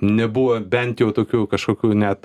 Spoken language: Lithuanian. nebuvo bent jau tokių kažkokių net